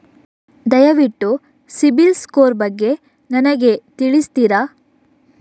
ದಯವಿಟ್ಟು ಸಿಬಿಲ್ ಸ್ಕೋರ್ ಬಗ್ಗೆ ನನಗೆ ತಿಳಿಸ್ತಿರಾ?